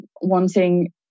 wanting